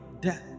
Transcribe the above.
death